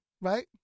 right